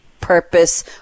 purpose